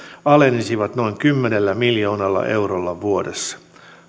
alenisivat noin kymmenellä miljoonalla eurolla vuodessa